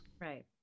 Right